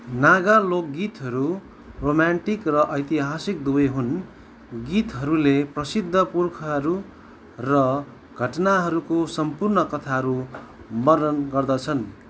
नागा लोकगीतहरू रोमान्टिक र ऐतिहासिक दुवै हुन् गीतहरूले प्रसिद्ध पुर्खाहरू र घटनाहरूको सम्पूर्ण कथाहरू वर्णन गर्दछन्